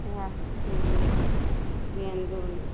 इएह सब किनलियै गेन्द उन्द